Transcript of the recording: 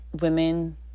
women